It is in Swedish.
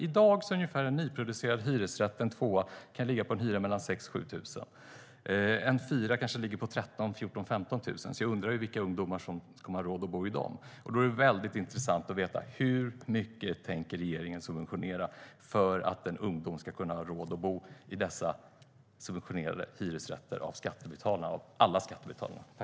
I dag kan hyran för en nyproducerad hyresrätt ligga på mellan 6 000 och 7 000 för en tvåa. För en fyra ligger den på kanske 13 000-15 000. Jag undrar vilka ungdomar som kommer att ha råd att bo i dem. Det vore väldigt intressant att få veta: Hur mycket tänker regeringen subventionera för att en ungdom ska ha råd att bo i dessa hyresrätter som subventioneras av skattebetalarna - av alla skattebetalarna?